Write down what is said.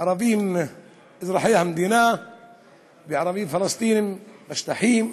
ערבים אזרחי המדינה וערבים פלסטינים בשטחים,